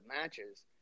matches